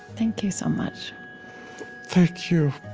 thank you so much thank you.